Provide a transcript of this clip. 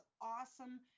awesome